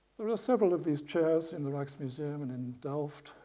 there are several of these chairs in the rijksmuseum and in delft,